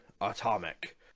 atomic